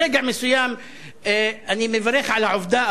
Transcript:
ברגע מסוים אני מברך על העובדה,